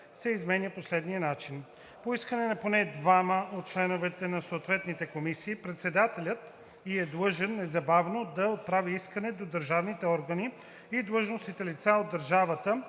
се изменя по следния начин: „По искане на поне двама от членовете на съответната комисия председателят ѝ е длъжен незабавно да отправи искане до държавните органи и длъжностните лица от държавната